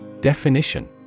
Definition